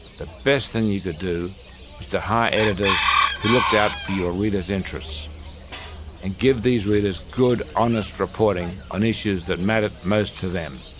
the best thing you could do was to hire editors who looked out for your readers' interests and give these readers good honest reporting on issues that mattered most to them.